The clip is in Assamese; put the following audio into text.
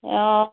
অঁ